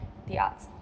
the arts